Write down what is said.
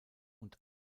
und